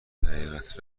حقیقت